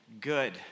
good